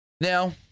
Now